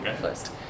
first